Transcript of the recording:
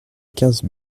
quinze